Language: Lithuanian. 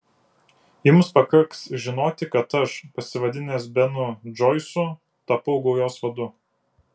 jums pakaks žinoti kad aš pasivadinęs benu džoisu tapau gaujos vadu